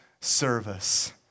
service